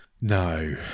No